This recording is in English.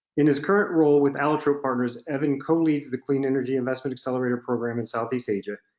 in his current role with allotrope partners, evan co-leads the clean energy investment accelerator program in southeast asia.